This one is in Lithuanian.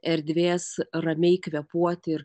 erdvės ramiai kvėpuoti ir